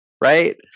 right